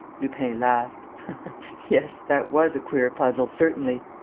lupin laughed yes, that was a queer puzzle, certainly.